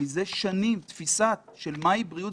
גיבשנו מזה שנים תפיסה של מהי בריאות